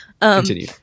continue